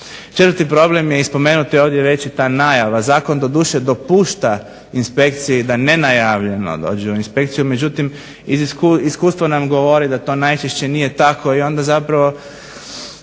4. problem je i spomenut ovdje već i ta najava, zakon doduše dopušta inspekciji da nenajavljeno dođe u inspekciju. Međutim, iskustvo nam govori da to najčešće nije tako i onda u